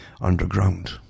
underground